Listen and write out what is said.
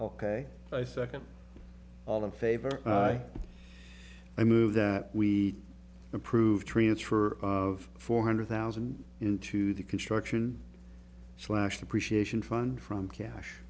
ok i second all in favor i move that we improved transfer of four hundred thousand into the construction slashed appreciation fund from cash